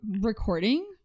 Recording